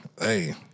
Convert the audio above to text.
Hey